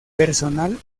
personal